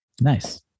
Nice